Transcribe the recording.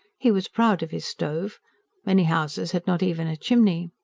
he was proud of his stove many houses had not even a chimney.